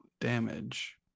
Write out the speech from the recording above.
damage